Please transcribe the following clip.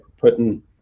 putting